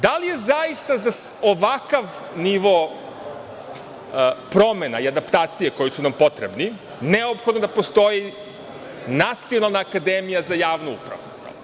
Da li je zaista za ovakav nivo promena i adaptacije koji su nam potrebni neophodno da postoji Nacionalna akademija za javnu upravu.